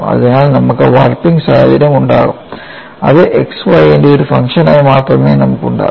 അതിനാൽ നമുക്ക് വാർപ്പിംഗ് സാഹചര്യം ഉണ്ടാകും അത് x y ന്റെ ഒരു ഫംഗ്ഷനായി മാത്രമേ നമുക്ക് ഉണ്ടാകൂ